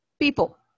people